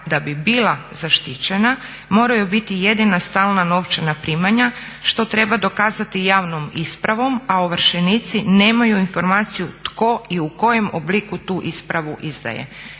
da bi bila zaštićena moraju biti jedina stalna novčana primanja što treba dokazati javnom ispravom a ovršenici nemaju informaciju tko i u kojem obliku tu ispravu izdaje.